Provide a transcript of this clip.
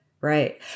Right